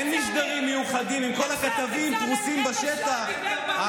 אין משדרים מיוחדים עם כל הכתבים פרוסים בשטח.